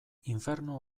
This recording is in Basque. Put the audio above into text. infernu